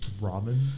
Robin